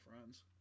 friends